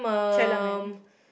Charlemagne